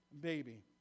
baby